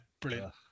brilliant